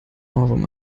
ohrwurm